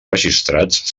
registrats